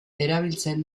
erabiltzen